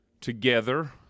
together